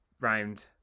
round